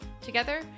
Together